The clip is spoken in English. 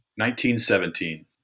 1917